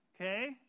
Okay